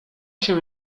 się